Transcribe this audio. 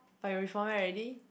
but you reformat already